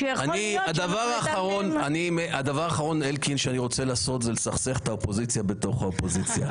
הדבר האחרון שאני רוצה לעשות זה לסכסך את האופוזיציה בתוך האופוזיציה.